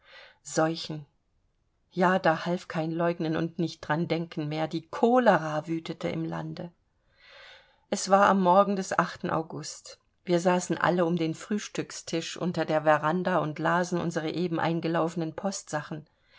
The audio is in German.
seuchen ja da half kein leugnen und nicht dran denken mehr die cholera wütete im lande es war am morgen des august wir saßen alle um den frühstückstisch unter der veranda und lasen unsere eben eingelaufenen